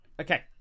Okay